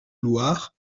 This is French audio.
loire